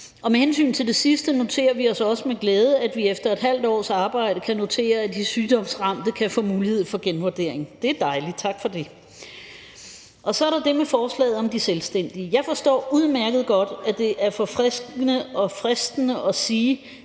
Og med hensyn til det sidste noterer vi os også med glæde, at vi efter et halvt års arbejde kan notere, at de sygdomsramte kan få mulighed for genvurdering – det er dejligt, tak for det. Så er der det med forslaget om de selvstændige. Jeg forstår udmærket godt, at det er fristende at sige,